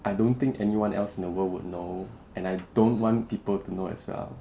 I don't think anyone else in the world would know and I don't want people to know as well